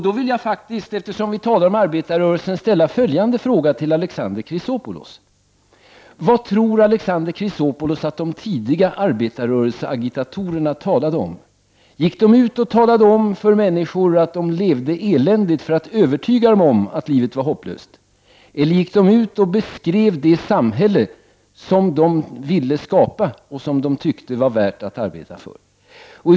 Då vill jag faktiskt, eftersom vi talar om arbetarrörelsen, ställa följande fråga: Vad tror Alexander Chrisopoulos att de tidiga arbetarrörelseagitatorerna talade om? Gick de ut och talade om för människor att de levde eländigt, för att övertyga dem om att livet var hopplöst? Eller gick de ut och beskrev det samhälle som de ville skapa och som de tyckte var värt att arbeta för?